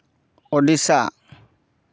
Odisha